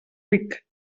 ric